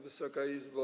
Wysoka Izbo!